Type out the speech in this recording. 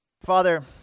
Father